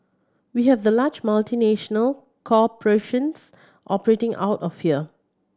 we have the large multinational corporations operating out of here